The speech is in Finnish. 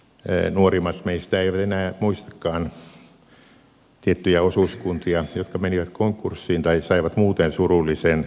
nuorimmat meistä eivät enää muistakaan tiettyjä osuuskuntia jotka menivät konkurssiin tai saivat muuten surullisen lopun